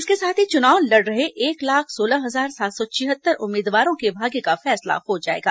इसके साथ ही चुनाव लड़ रहे एक लाख सोलह हजार सात सौ छिहत्तर उम्मीदवारों के भाग्य का फैसला हो जाएगा